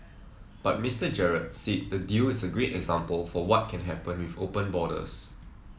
but Mister Gerard said the deal is a great example for what can happen with open borders